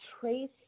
trace